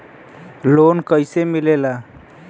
Loan कईसे मिलेला?